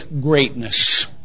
greatness